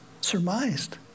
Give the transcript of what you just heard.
surmised